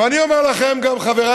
ואני אומר לכם, גם חבריי